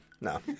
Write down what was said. No